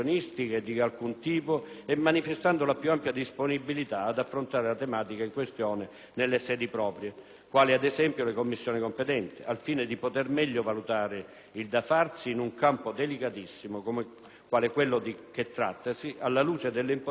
quali ad esempio le Commissioni competenti, al fine di poter meglio valutare il da farsi in un campo delicatissimo qual è quello di che trattasi, alla luce delle importanti sfide internazionali a cui il nostro Paese di continuo è chiamato a rispondere.